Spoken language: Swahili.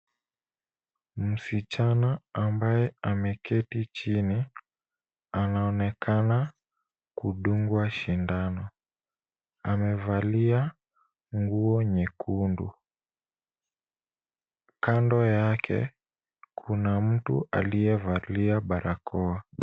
Msichana ambaye ameketi chini, anaonekana kudungwa shindano. Amevalia nguo nyekundu. Kando yake, kuna mtu aliyevalia barakoa.